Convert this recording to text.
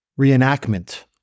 reenactment